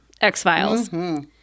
X-Files